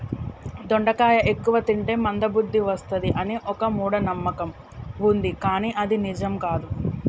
దొండకాయ ఎక్కువ తింటే మంద బుద్ది వస్తది అని ఒక మూఢ నమ్మకం వుంది కానీ అది నిజం కాదు